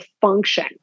function